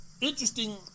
interesting